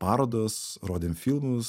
parodos rodėm filmus